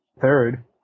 third